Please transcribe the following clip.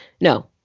no